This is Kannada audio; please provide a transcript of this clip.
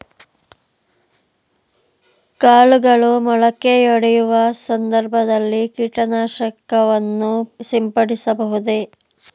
ಕಾಳುಗಳು ಮೊಳಕೆಯೊಡೆಯುವ ಸಂದರ್ಭದಲ್ಲಿ ಕೀಟನಾಶಕವನ್ನು ಸಿಂಪಡಿಸಬಹುದೇ?